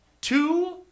two